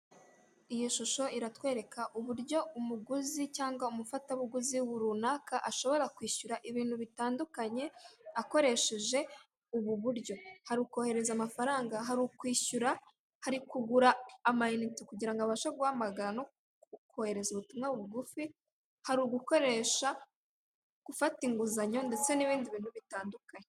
Iyi shusho iratwereka uburyo umuguzi cyangwa umufatabuguzi runaka ashobora kwishyura ibintu bitandukanye akoresheje ubu buryo hari ukohereza amafaranga, hari ukwishyura, hari kugura amayinite kugirango abashe guhamagara no kohereza ubutumwa bugufi, hari ugukoresha, gufata inguzanyo ndetse n'ibindi bintu bitandukanye.